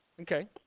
Okay